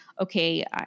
okay